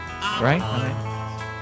right